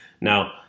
now